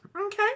Okay